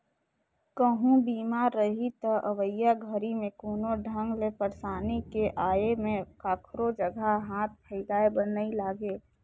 कहूँ बीमा रही त अवइया घरी मे कोनो ढंग ले परसानी के आये में काखरो जघा हाथ फइलाये बर नइ लागे